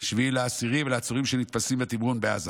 7 באוקטובר ולעצורים שנתפסים בתמרון בעזה.